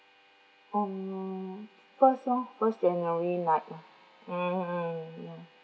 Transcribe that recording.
um first ah first january night lah mm hmm ya